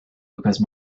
because